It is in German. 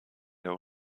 der